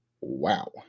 wow